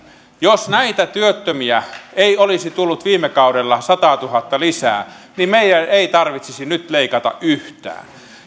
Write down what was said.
jos näitä työttömiä ei olisi tullut viime kaudella sataatuhatta lisää niin meidän ei tarvitsisi nyt leikata yhtään